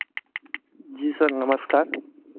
जी sir नमस्कार